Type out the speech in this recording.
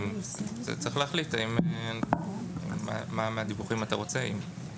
צריך להחליט מה מהדיווחים אתה רוצה.